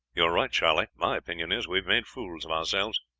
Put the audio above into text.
you're right, charley. my opinion is, we've made fools of ourselves.